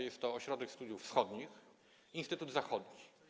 Jest to Ośrodek Studiów Wschodnich i Instytut Zachodni.